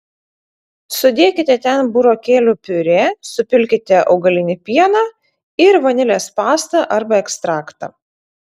sudėkite ten burokėlių piurė supilkite augalinį pieną ir vanilės pastą arba ekstraktą